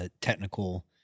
technical